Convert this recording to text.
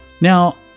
Now